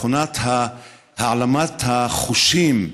מכונת העלמת החושים,